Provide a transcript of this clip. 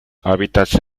hábitats